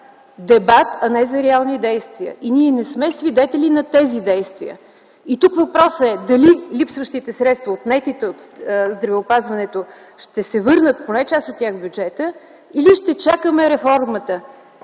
дебат, а не за реални действия. Ние не сме свидетели на тези действия. Тук въпросът е дали липсващите средства от месеци в здравеопазването ще се върнат, поне част от тях, в бюджета, или ще чакаме реформата?